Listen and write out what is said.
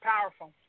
Powerful